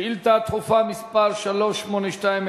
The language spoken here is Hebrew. שאילתא דחופה מס' 382,